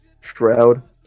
Shroud